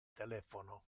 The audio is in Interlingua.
telephono